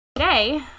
Today